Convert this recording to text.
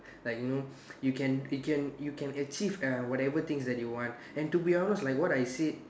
like you know you can you can you can achieve uh whatever things that you want and to be honest like what I said